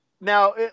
now